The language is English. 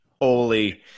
holy